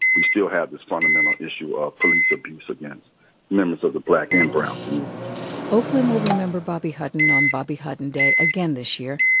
we still have this fundamental issue of police abuse against members of the black and brown community oakland will remember bobby hutton on bobby hutton day again this year.